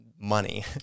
money